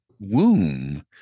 womb